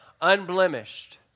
unblemished